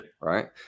Right